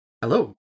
Hello